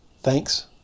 Thanks